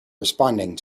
responding